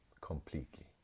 completely